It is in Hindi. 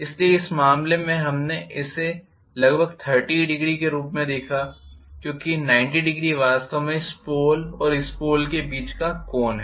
इसलिए इस मामले में हमने इसे लगभग 300 के रूप में देखा क्योंकि 900वास्तव में इस पोल और इस पोल के बीच का कोण है